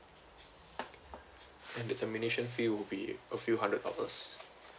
and the termination fee will be a few hundred dollars